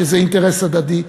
שזה אינטרס הדדי,